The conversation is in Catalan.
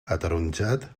ataronjat